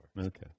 Okay